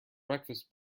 breakfast